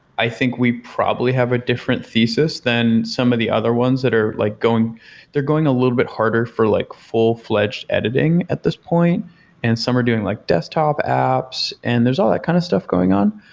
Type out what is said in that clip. i think we probably have a different thesis than some of the other ones that are like going they're going a little bit harder for like full-fledged editing at this point and some are doing like desktop apps, and there's all that kind of stuff going on.